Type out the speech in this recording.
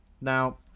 Now